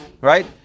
Right